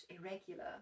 irregular